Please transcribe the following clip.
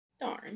Darn